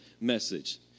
message